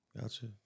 Gotcha